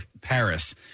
Paris